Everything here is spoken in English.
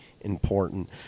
important